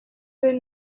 been